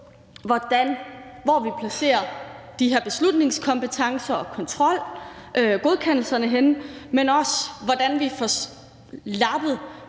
hvor vi placerer de her beslutningskompetencer og kontrolgodkendelserne henne, men også på, hvordan vi får lappet